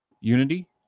Unity